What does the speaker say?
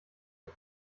der